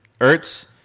Ertz